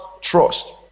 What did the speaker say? trust